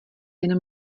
jen